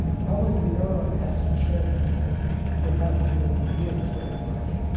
probably the neuron hasn't changed for half a billion years very much,